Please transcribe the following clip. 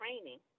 training